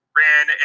ran